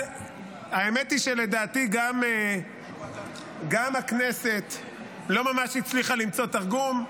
האמת היא שלדעתי גם הכנסת לא ממש הצליחה למצוא תרגום,